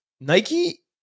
Nike